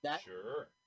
Sure